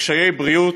בקשיי בריאות.